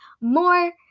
more